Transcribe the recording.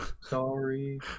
sorry